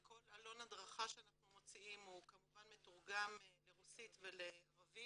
כל עלון הדרכה שאנחנו מוציאים כמובן מתורגם לרוסית ולערבית.